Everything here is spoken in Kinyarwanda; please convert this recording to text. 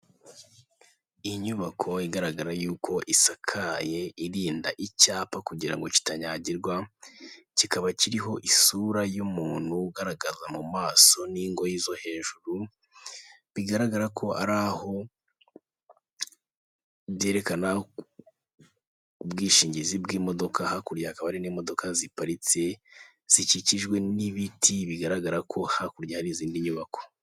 Inyubako igaragara y'uko isakaye, irinda icyapa kugira ngo kitanyagirwa, kikaba kiriho isura y'umuntu ugaragaza mu maso n'ingoyi zo hejuru, bigaragara ko ari aho byerekana ubwishingizi bw'imodoka, hakurya hakaba hari n'imodoka ziparitse zikikijwe n'ibiti, bigaragara ko hakurya hari izindi nyubako.